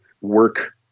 work